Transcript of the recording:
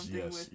yes